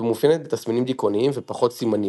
ומאופיינת בתסמינים דכאוניים ופחות סימנים,